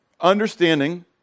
understanding